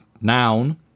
Noun